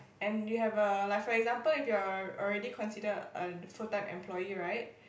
and you have err like for example if you're a already considered a full time employee right